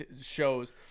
shows